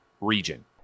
region